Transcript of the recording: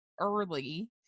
early